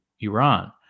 Iran